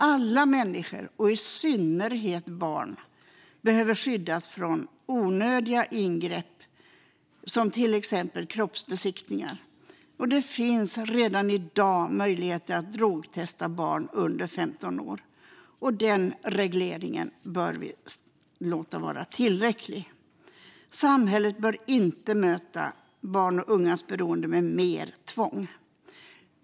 Alla människor och i synnerhet barn behöver skyddas från onödiga ingrepp, till exempel kroppsbesiktningar. Det finns redan i dag möjlighet att drogtesta barn som är under 15 år. Den regleringen bör vi låta vara tillräcklig. Samhället bör inte möta barns och ungas beroende med mer tvång.